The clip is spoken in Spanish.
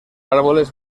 árboles